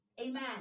Amen